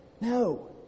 No